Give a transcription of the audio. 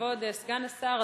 כבוד סגן השר,